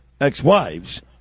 ex-wives